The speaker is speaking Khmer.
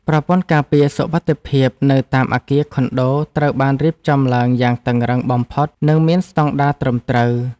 ប្រព័ន្ធការពារសុវត្ថិភាពនៅតាមអគារខុនដូត្រូវបានរៀបចំឡើងយ៉ាងតឹងរ៉ឹងបំផុតនិងមានស្តង់ដារត្រឹមត្រូវ។